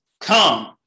come